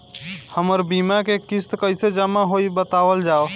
हमर बीमा के किस्त कइसे जमा होई बतावल जाओ?